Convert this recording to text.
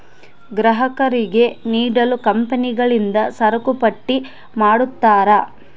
ಗ್ರಾಹಕರಿಗೆ ನೀಡಲು ಕಂಪನಿಗಳಿಂದ ಸರಕುಪಟ್ಟಿ ಮಾಡಿರ್ತರಾ